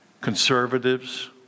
conservatives